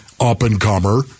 up-and-comer